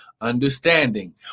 understanding